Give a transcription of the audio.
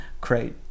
create